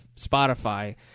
Spotify